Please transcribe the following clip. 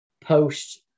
post